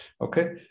okay